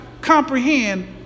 comprehend